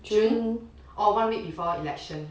june or one week before election